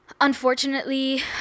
unfortunately